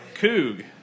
Coog